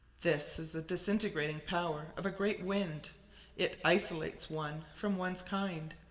this is the disintegrating power of a great wind it isolates one from ones kind.